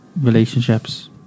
relationships